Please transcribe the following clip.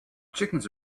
chickens